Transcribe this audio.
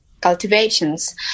cultivations